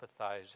empathizing